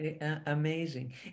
Amazing